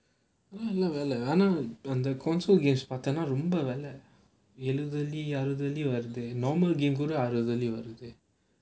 console games பார்த்தன்னா ரொம்ப வேலை அறுபது வெள்ளி எழுபது வெள்ளி வருது:paarthaanna romba velai arubathu velli ezhubathu velli normal game கூட அறுபது வெள்ளி வருது:kooda arubathu velli varuthu